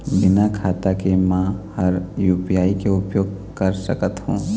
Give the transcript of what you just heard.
बिना खाता के म हर यू.पी.आई के उपयोग कर सकत हो?